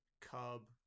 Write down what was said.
cub